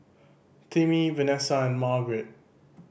Timmy Venessa and Margaret